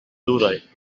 dura